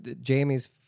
jamie's